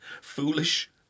Foolish